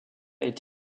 est